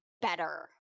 better